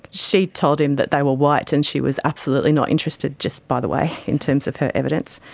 she told him that they were white and she was absolutely not interested, just by the way, in terms of her evidence.